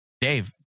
Dave